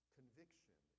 conviction